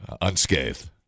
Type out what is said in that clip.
unscathed